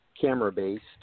camera-based